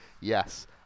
yes